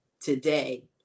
today